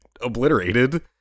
obliterated